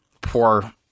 poor